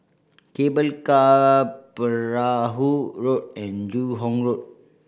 Cable Car Perahu Road and Joo Hong Road